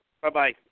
Bye-bye